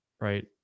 right